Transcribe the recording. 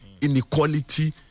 inequality